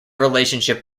relationship